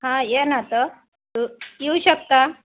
हां ये ना तर तू येऊ शकता